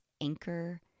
Anchor